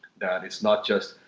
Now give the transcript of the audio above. that it's not just,